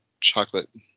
chocolate